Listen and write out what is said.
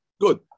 Good